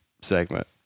segment